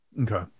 Okay